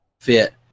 fit